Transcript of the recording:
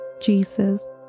Jesus